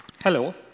Hello